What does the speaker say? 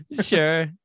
Sure